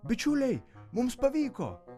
bičiuliai mums pavyko